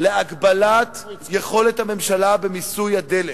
להגבלת יכולת הממשלה במיסוי הדלק.